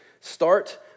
Start